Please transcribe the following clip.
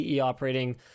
operating